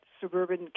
suburban